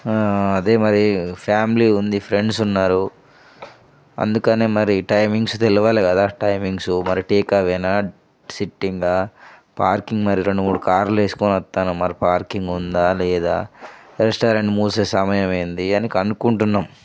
అదే మరి ఫ్యామిలీ ఉంది ఫ్రెండ్స్ ఉన్నారు అందుకని మరీ టైమింగ్స్ తెలీయాలి కదా టైమింగ్సు మరి టేక్ అవేనా సిట్టింగా పార్కింగ్ మరి రెండు మూడు కార్లు వేస్కోని వస్తాను మరి పార్కింగ్ ఉందా లేదా రెస్టారెంట్ మూసే సమయం ఏంటి అని కనుక్కుంటున్నాం